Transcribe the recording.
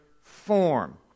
form